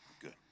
Good